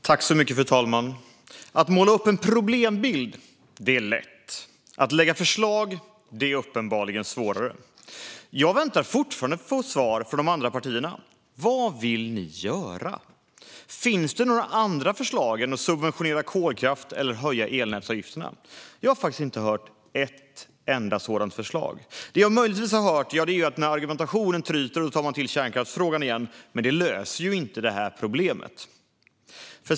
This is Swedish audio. Fru talman! Att måla upp en problembild är lätt. Att lägga fram förslag är uppenbarligen svårare. Jag väntar på fortfarande på svar från de andra partierna: Vad vill ni göra? Finns det några andra förslag än att subventionera kolkraft eller höja elnätsavgifterna? Jag har faktiskt inte hört ett enda förslag. Det jag möjligtvis har hört är att när argumenten tryter tar man till kärnkraftsfrågan igen, men det löser inte problemet.